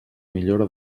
millora